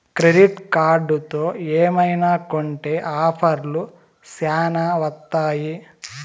credit కార్డుతో ఏమైనా కొంటె ఆఫర్లు శ్యానా వత్తాయి